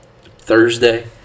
Thursday